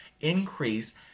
increase